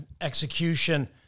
execution